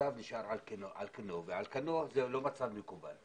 המצב נשאר על כנו, ועל כנו זה לא מצב מקובל.